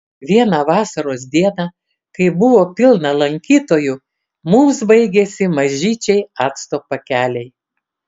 vieną vasaros dieną kai buvo pilna lankytojų mums baigėsi mažyčiai acto pakeliai